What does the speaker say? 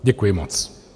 Děkuji moc.